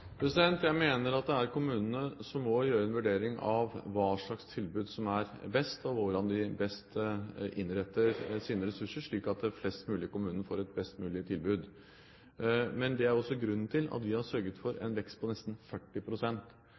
Jeg mener at det er kommunene som må gjøre en vurdering av hva slags tilbud som er best, og hvordan de best innretter sine ressurser, slik at flest mulig i kommunen får et best mulig tilbud. Men det er også grunnen til at vi har sørget for en vekst på nesten